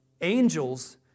Angels